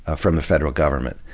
ah from the federal government.